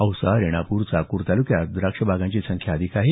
औसा रेणापूर चाकूर तालुक्यात द्राक्ष बागांची संख्या अधिक आहे